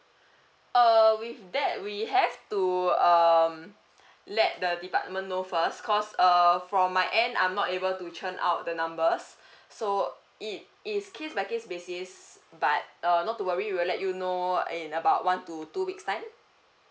uh with that we have to um let the department know first because err from my end I'm not able to churn out the numbers so it it's case by case basis but err not to worry we will let you know in about one to two weeks time